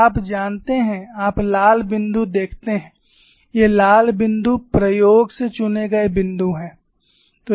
आप जानते हैं आप लाल बिंदु देखते हैं ये लाल बिंदु प्रयोग से चुने गए बिंदु हैं